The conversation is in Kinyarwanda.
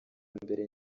mbere